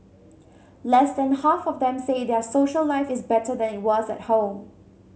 less than half of them say their social life is better than it was at home